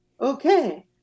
okay